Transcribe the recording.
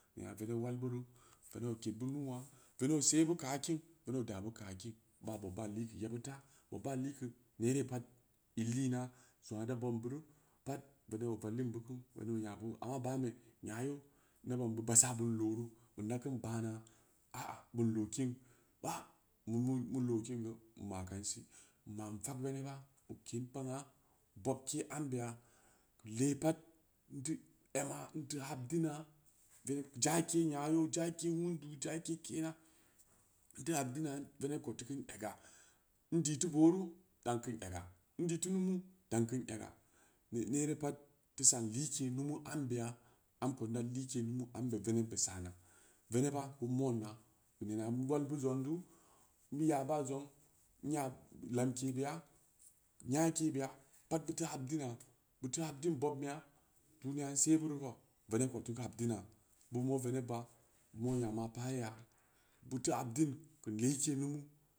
Nya veneb wal buru veneb o ked beu nuua veneb o se beu kaakin veneb o da beu kaa kin ba bob ba likeu yebud ta bob ba likeu nere pat in lina zong aa da bobm buru pat veneb o vallin beu ku veneb onyabeu ama bame nyayeu na banbeu baahsa beun looru beun dakeun bana a- a beun loo kin bwa mu-mu lookin geu in makan si in ma in fag benebba o ken kpang aa bob ke ambeya keu lee pat in teu ema in teu habdina veneb jake nya yeu jake wundu jake kena in teu habdina veneb kou teu keun ega in di teu booru dan kin ega in di teu numu dan kin ega ne nere pat in teu san like numu ambeya am kou inda like numu ambe venebbe sana venebba beu monna keu nena in walbeu zongdu nya ba zong nya lamkebeya nyaah ke beya pat beu teu habdina beu teu habdin bobm beya duniya in se bureu kou veneb kou teu habdina beu mo venebba beu mo yama paah ye ya beu habdin keu like numu